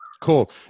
cool